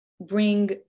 bring